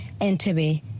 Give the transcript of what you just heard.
Entebbe